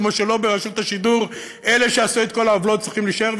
כמו שלא ברשות השידור אלה שעשו את כל העוולות צריכים להישאר,